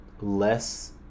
less